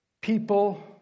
people